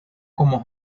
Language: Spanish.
como